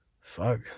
fuck